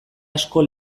asko